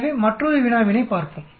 எனவே மற்றொரு வினாவினைப் பார்ப்போம்